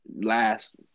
last